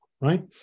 right